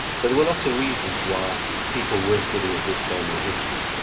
so there were lots of reasons why people weren't getting a good family history.